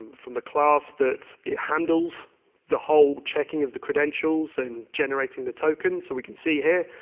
from the class that it handles the whole checking of the credentials in generating the token, so we can see here,